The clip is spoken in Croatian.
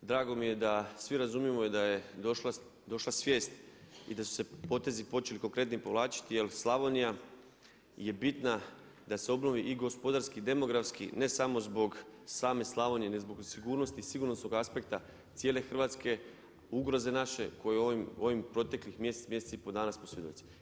Drago mi je da svi razumijemo i da je došla svijest i da su se potezi počeli konkretni povlačiti jer Slavonija je bitna da se obnovi i gospodarski i demografski ne samo zbog same Slavonije nego zbog sigurnosti sigurnosnog aspekta cijele Hrvatske, ugroze naše koje u ovih mjesec, mjesec i pol dana smo svjedoci.